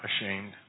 ashamed